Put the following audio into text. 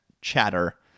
chatter